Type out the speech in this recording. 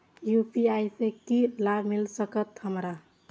UPI से की लाभ मिल सकत हमरा?